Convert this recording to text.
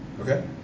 Okay